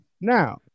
Now